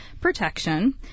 Protection